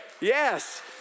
Yes